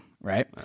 right